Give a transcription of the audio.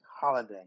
holiday